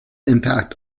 impact